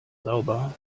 sauber